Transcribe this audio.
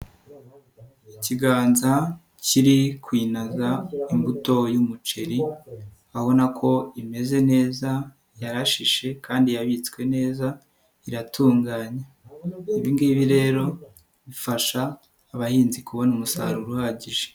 Ikiganza kiri kwinaza imbuto y'umuceri urabona ko imeze neza yarashishe kandi yabitswe neza iratunganya, ibi ngibi rero bifasha abahinzi kubona umusaruro uhagije.